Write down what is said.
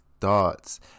thoughts